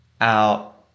out